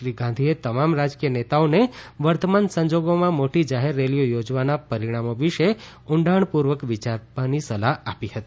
શ્રી ગાંધીએ તમામ રાજકીય નેતાઓને વર્તમાન સંજોગોમાં મોટી જાહેર રેલીઓ યોજવાના પરિણામો વિશે પણ ઊંડાણપૂર્વક વિચારવાની સલાફ આપી હતી